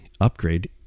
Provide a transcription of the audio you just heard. upgrade